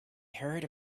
heard